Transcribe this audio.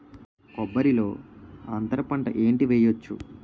కొబ్బరి లో అంతరపంట ఏంటి వెయ్యొచ్చు?